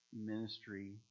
ministry